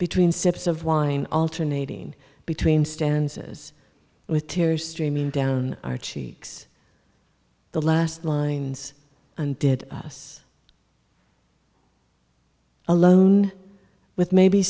between sips of wine alternating between stanzas with tears streaming down our cheeks the last lines and did us alone with maybe